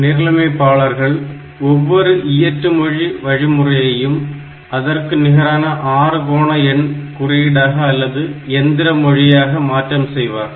நிரலமைப்பாளர்கள் ஒவ்வொரு இயற்று மொழி வழிமுறையையும் அதற்கு நிகரான ஆறுகோண எண் குறியீடாக அல்லது எந்திர மொழியாக மாற்றம் செய்வார்